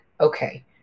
okay